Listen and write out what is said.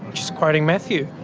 she's quoting matthew,